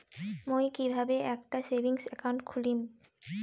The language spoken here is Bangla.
মুই কিভাবে একটা সেভিংস অ্যাকাউন্ট খুলিম?